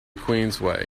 queensway